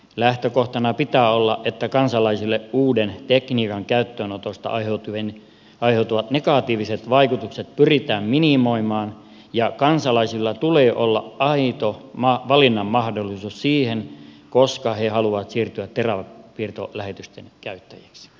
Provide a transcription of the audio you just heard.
lähtökohtana pitää olla että kansalaisille uuden tekniikan käyttöönotosta aiheutuvat negatiiviset vaikutukset pyritään minimoimaan ja kansalaisilla tulee olla aito valinnan mahdollisuus siihen milloin he haluavat siirtyä teräväpiirtolähetysten käyttäjiksi